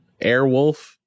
Airwolf